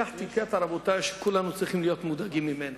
לקחתי קטע שכולנו צריכים להיות מודאגים ממנו,